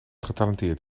getalenteerd